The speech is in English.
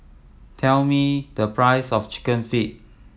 tell me the price of Chicken Feet